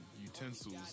utensils